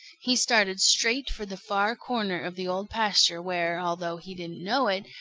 he started straight for the far corner of the old pasture where, although he didn't know it,